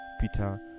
peter